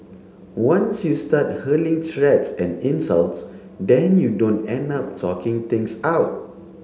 once you start hurling threats and insults then you don't end up talking things out